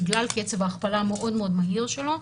בגלל קצב הכפלה מאוד מאוד מהיר שלו,